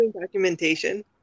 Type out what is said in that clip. Documentation